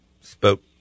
spoke